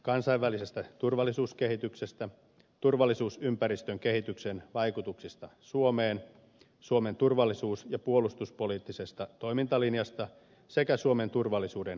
kansainvälisestä turvallisuuskehityksestä turvallisuusympäristön kehityksen vaikutuksista suomeen suomen turvallisuus ja puolustuspoliittisesta toimintalinjasta sekä suomen turvallisuuden kehittämisestä